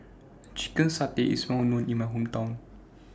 Chicken Satay IS Well known in My Hometown